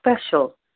special